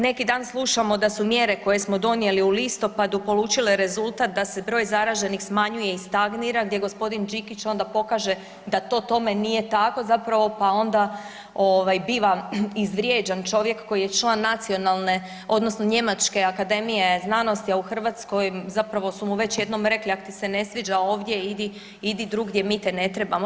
Neki dan slušamo da su mjere koje smo donijeli u listopadu polučile rezultat da se broj zaraženih smanjuje i stagnira gdje gospodin Đikić onda pokaže da to tome nije tako zapravo pa onda ovaj biva izvrijeđan čovjek koji je član nacionalne odnosno Njemačke akademije znanosti, a u Hrvatskoj zapravo su mu već jednom rekli ako ti se ne sviđa ovdje idi drugdje mi te ne trebamo.